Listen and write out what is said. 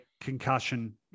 Concussion